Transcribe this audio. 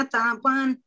Tapan